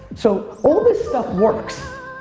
so, all this stuff works.